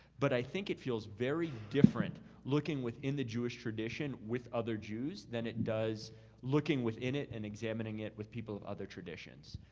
but i think it feels very different looking with the jewish tradition with other jews than it does looking within it and examining it with people of other traditions.